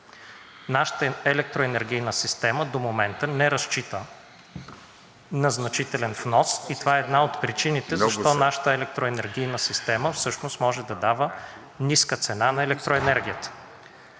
Нашата електроенергийна система до момента не разчита на значителен внос и това е една от причините защо нашата електроенергийна система всъщност може да дава ниска цена на електроенергията.